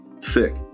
thick